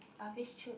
rubbish chute